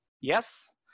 Yes